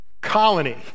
colony